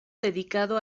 dedicado